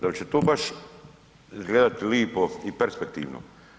Da li će to baš izgledati lijepo i perspektivno?